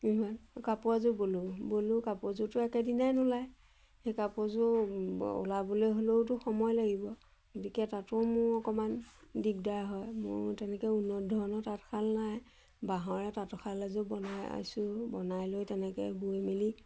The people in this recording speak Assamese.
কাপোৰ এযোৰ বলোঁ বলোঁ কাপোৰযোৰতো একেদিনাই নোলায় সেই কাপোৰযোৰ ওলাবলৈ হ'লেওতো সময় লাগিব গতিকে তাতো মোৰ অকণমান দিগদাৰ হয় মোৰ তেনেকৈ উন্নত ধৰণৰ তাঁতশাল নাই বাঁহৰে তাঁতৰশাল এযোৰ বনাই আছোঁ বনাই লৈ তেনেকৈ বৈ মেলি